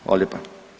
Hvala lijepa.